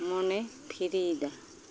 ᱢᱚᱱᱮᱭ ᱯᱷᱨᱤᱭᱮᱫᱟ